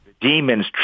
Demons